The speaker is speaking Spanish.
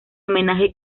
homenaje